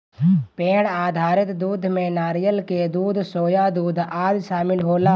पेड़ आधारित दूध में नारियल के दूध, सोया दूध आदि शामिल होला